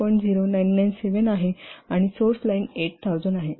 0997 आहे आणि source line 8000 आहेत